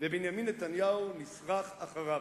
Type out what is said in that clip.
ובנימין נתניהו נשרך אחריו.